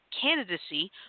candidacy